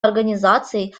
организации